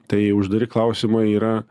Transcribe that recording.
tai uždari klausimai yra